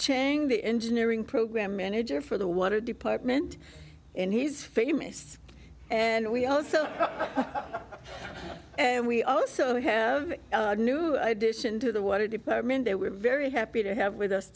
the engineering program manager for the water department and he's famous and we also and we also have a new addition to the water department that we're very happy to have with us